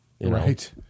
Right